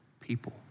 people